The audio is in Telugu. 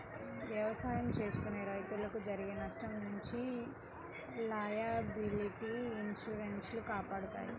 ఎవసాయం చేసుకునే రైతులకు జరిగే నష్టం నుంచి యీ లయబిలిటీ ఇన్సూరెన్స్ లు కాపాడతాయి